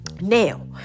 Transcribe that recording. now